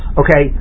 okay